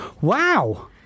Wow